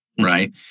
right